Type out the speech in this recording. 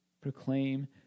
proclaim